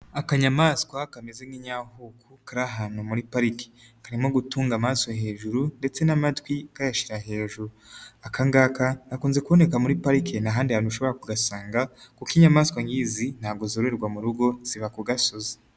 Akanyamaswa kameze nk'inyahuku kari ahantu muri pariki, karimo gutunga amaso hejuru ndetse n'amatwi kayashyira hejuru, aka ngaka gakunze kuboneka muri parike nta handi hantu ushobora kugasanga kuko inyamaswa nk'izi ntabwo zoberwa mu rugo ziba ku gasozi.